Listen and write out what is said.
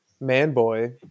man-boy